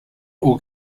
all